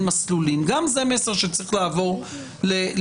מסלולים גם זה מסר שצריך לעבור לעבריינים,